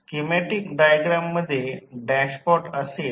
schematic diagram मध्ये dashpot असेल